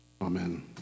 amen